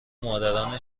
مادران